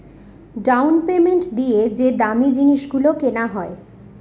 down payment দিয়ে যে দামী জিনিস গুলো কেনা হয়